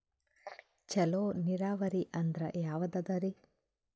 ಚಲೋ ನೀರಾವರಿ ಅಂದ್ರ ಯಾವದದರಿ?